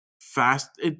fast